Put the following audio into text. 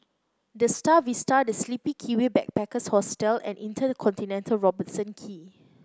The Star Vista The Sleepy Kiwi Backpackers Hostel and InterContinental Robertson Quay